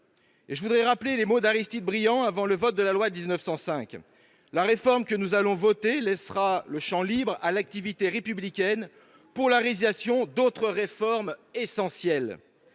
des mots prononcés par Aristide Briand avant le vote de la loi de 1905 :« La réforme que nous allons voter laissera le champ libre à l'activité républicaine pour la réalisation d'autres réformes essentielles.